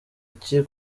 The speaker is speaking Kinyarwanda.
iki